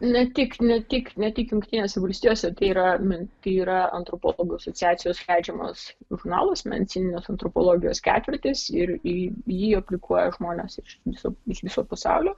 ne tik ne tik ne tik jungtinėse valstijose tai yra tai yra antropologų asociacijos leidžiamas žurnalas medicininės antropologijos ketvirtis ir į jį aplikuoja žmonės iš viso iš viso pasaulio